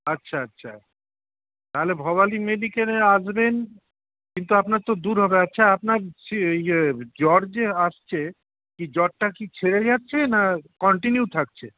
আচ্ছা আচ্ছা তাহলে ভবানী মেডিকেল আসবেন কিন্তু আপনার দূর হবে আচ্ছা আপনার জ্বর যে আসছে জ্বরটা কি ছেড়ে যাচ্ছে না কন্টিনিউ থাকছে